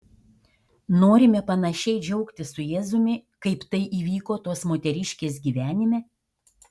norime panašiai džiaugtis su jėzumi kaip tai įvyko tos moteriškės gyvenime